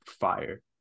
fire